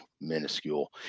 minuscule